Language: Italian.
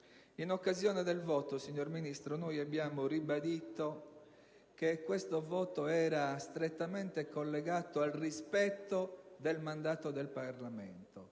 richiamato, signor Ministro, noi abbiamo ribadito che quel voto era strettamente collegato al rispetto del mandato del Parlamento.